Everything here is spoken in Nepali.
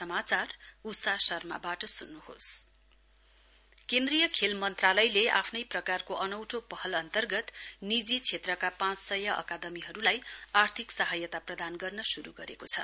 स्पोर्टस केन्द्रीय खेल मन्त्रालयले आफ्नै प्रकारको अनौठो पहल अन्तर्गत निजी क्षेत्रका पाँचसय अकादमीहरुलाई आर्थिक सहायता प्रदान गर्न शुरु गरेको छ